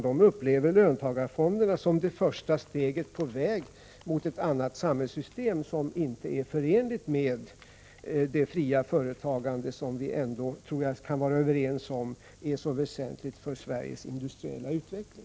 De upplever löntagarfonderna som det första steget på väg mot ett annat samhällssystem, som inte är förenligt med det fria företagande som vi nog ändå kan vara överens om är så väsentligt för Sveriges industriella utveckling.